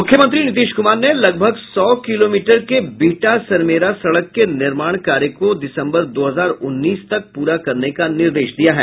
मुख्यमंत्री नीतीश कुमार ने लगभग सौ किलोमीटर के बिहटा सरमेरा सड़क के निर्माण कार्य को दिसम्बर दो हजार उन्नीस तक पूरा करने का निर्देश दिया है